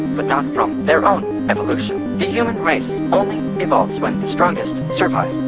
but not from their own evolution. the human race only evolves when the strongest survive.